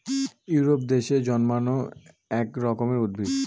Europe দেশে জন্মানো এক রকমের উদ্ভিদ